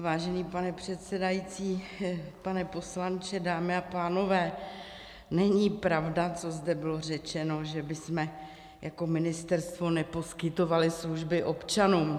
Vážený pane předsedající, pane poslanče, dámy a pánové, není pravda, co zde bylo řečeno, že bychom jako ministerstvo neposkytovali služby občanům.